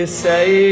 say